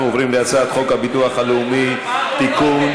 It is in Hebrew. אנחנו עוברים להצעת חוק הביטוח הלאומי (תיקון,